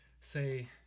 Say